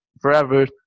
forever